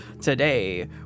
Today